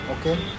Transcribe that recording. okay